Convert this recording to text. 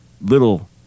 little